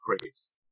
craves